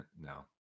no